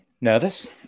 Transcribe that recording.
Nervous